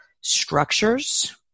structures